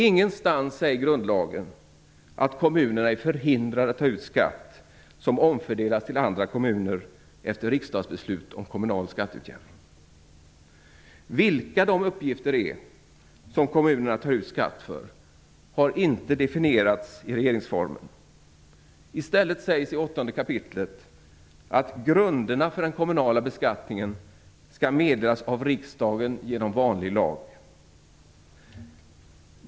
Ingenstans sägs det i grundlagen att kommunerna är förhindrade att ta ut skatt som omfördelas till andra kommuner efter riksdagsbeslut om kommunal skatteutjämning. Vilka uppgifter som kommunerna kan ta ut skatt för har inte definierats i regeringsformen. I stället sägs det i 8:e kapitlet att grunderna för den kommunala beskattningen skall meddelas av riksdagen genom vanlig lag.